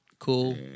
Cool